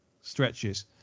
stretches